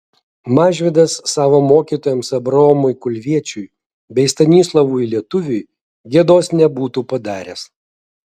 mažvydas savo mokytojams abraomui kulviečiui bei stanislovui lietuviui gėdos nebūtų padaręs